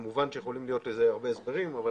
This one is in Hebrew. כמובן שיכולים להיות לזה הרבה הסברים אבל